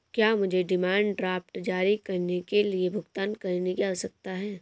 क्या मुझे demand draft जारी करने के लिए भुगतान करने की आवश्यकता है?